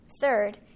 Third